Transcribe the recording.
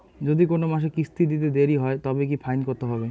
যদি কোন মাসে কিস্তি দিতে দেরি হয় তবে কি ফাইন কতহবে?